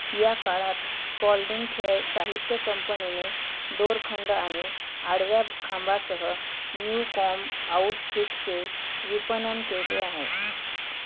या काळात स्पॉल्डिंग खेळ साहित्य कंपनीने दोरखंड आणि आडव्या खांबासह न्यूकॉम आउटफिटचे विपणन केले आहेत